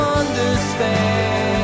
understand